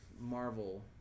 Marvel